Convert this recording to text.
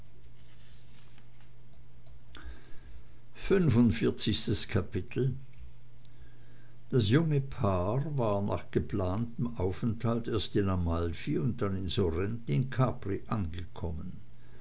fünfundvierzigstes kapitel das junge paar war nach geplantem kurzen aufenthalt erst in amalfi und dann in sorrent in capri angekommen